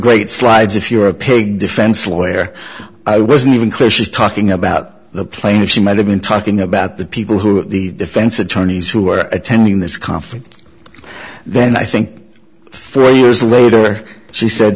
great slides if you're a pig defense lawyer i wasn't even clear she's talking about the plaintiff she might have been talking about the people who the defense attorneys who were attending this conference then i think three years later she said